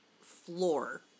floor